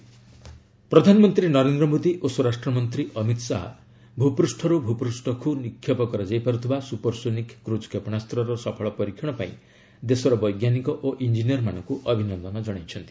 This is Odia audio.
ପିଏମ୍ ବ୍ରହ୍ମୋସ୍ ପ୍ରଧାନମନ୍ତ୍ରୀ ନରେନ୍ଦ୍ର ମୋଦି ଓ ସ୍ୱରାଷ୍ଟ୍ର ମନ୍ତ୍ରୀ ଅମିତ୍ ଶାହା ଭୂପୃଷରୁ ଭୂପ୍ଟୁଷ୍ଠକୁ ନିକ୍ଷେପ କରାଯାଇପାରୁଥିବା ସୁପରସୋନିକ୍ କ୍ରଜ୍ କ୍ଷେପଣାସ୍ତ୍ରର ସଫଳ ପରୀକ୍ଷଣ ପାଇଁ ଦେଶର ବୈଜ୍ଞାନିକ ଓ ଇଞ୍ଜିନିୟର୍ମାନଙ୍କୁ ଅଭିନନ୍ଦନ ଜଣାଇଛନ୍ତି